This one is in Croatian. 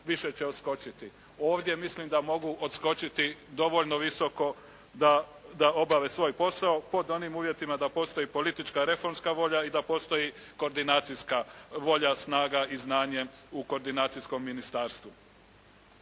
više će odskočiti. Ovdje mislim da mogu odskočiti dovoljno visoko da obave svoj posao pod onim uvjetima da postoji politička reformska volja i da postoji koordinacijska volja, snaga i znanje u koordinacijskom ministarstvu.